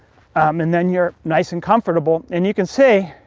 and then you're nice and comfortable. and you can see,